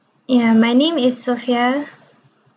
ya my name is sophia